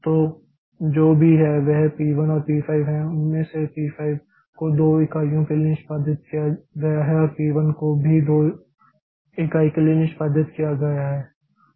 तो जो भी है वह P 1 और P 5 है उनमें से P 5 को दो इकाइयों के लिए निष्पादित किया गया है और P 1 को भी दो इकाई के लिए निष्पादित किया है